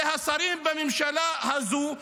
הוא השרים בממשלה הזו,